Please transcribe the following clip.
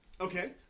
Okay